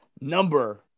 Number